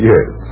Yes